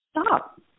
Stop